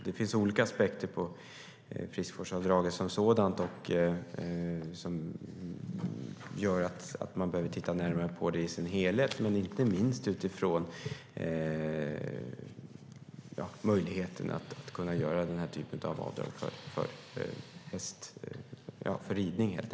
Det finns olika aspekter på friskvårdsavdraget som sådant som gör att man behöver titta närmare på det i dess helhet, inte minst utifrån möjligheten att kunna göra den här typen av avdrag för ridning.